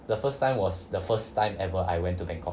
the first time was the first time ever I went to bangkok